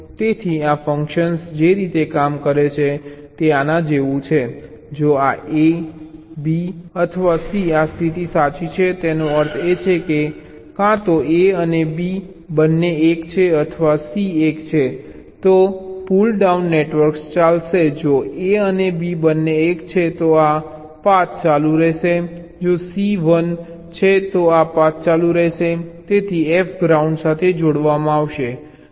તેથી આ ફંકશન જે રીતે કામ કરે છે તે આના જેવું છે જો આ a b અથવા c આ સ્થિતિ સાચી છે તેનો અર્થ એ છે કે ક્યાં તો a અને b બંને 1 છે અથવા c 1 છે તો પુલ ડાઉન નેટવર્ક ચાલશે જો a અને b બંને 1 છે તો આ પાથ ચાલુ રહેશે જો c 1 છે તો આ પાથ ચાલુ રહેશે તેથી f ગ્રાઉન્ડ સાથે જોડવામાં આવશે